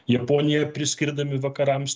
japoniją priskirdami vakarams